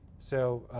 so